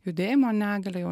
judėjimo negalia jau